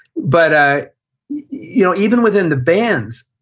but ah you know even within the bands,